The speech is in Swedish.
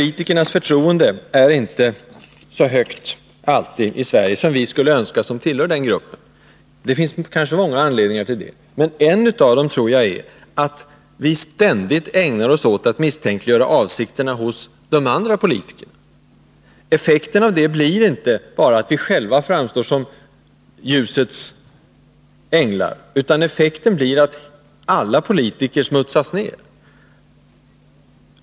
Förtroendet för politikerna är inte alltid så stort i Sverige som vi som tillhör den gruppen skulle önska. Det finns kanske många skäl till det, men ett av dem tror jag är att vi ständigt ägnar oss åt att misstänkliggöra avsikterna hos de andra politikerna. Effekten av det blir inte att vi själva framstår som ljusets änglar, utan effekten blir att alla politiker smutsas ner.